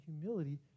humility